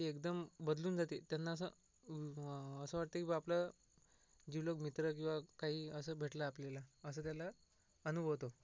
ते एकदम बदलून जाते त्यांना असं असं वाटते की बा आपला जिवलग मित्र किवा काही असं भेटला आहे आपल्याला असं त्याला अनुभवतो